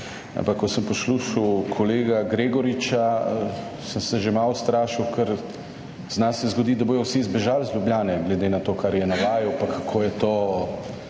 ko sem poslušal kolega Gregoriča, sem se že malo ustrašil, ker zna se zgoditi, da bodo vsi zbežali iz Ljubljane glede na to, kar je navajal, pa kako je to